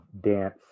dance